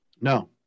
no